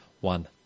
one